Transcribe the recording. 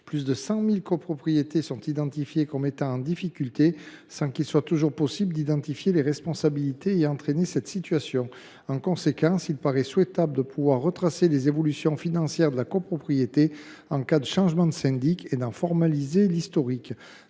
Plus de 100 000 copropriétés sont identifiées comme étant en difficulté, sans qu’il soit toujours possible de déterminer les causes de cette situation. En conséquence, il paraît souhaitable de pouvoir retracer les évolutions financières de la copropriété en cas de changement de syndic et d’en formaliser l’historique.